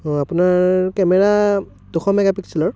অ' আপোনাৰ কেমেৰা দুশ মেগাপিক্সেলৰ